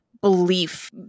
belief